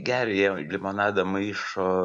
geria jie limonadą maišo